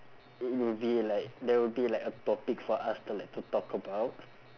it would be like there would be like a topic for us to like to talk about